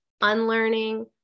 unlearning